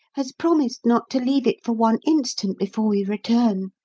has promised not to leave it for one instant before we return.